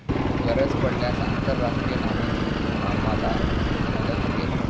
गरज पडल्यास आंतरराष्ट्रीय नाणेनिधीतून आम्हाला मदत मिळेल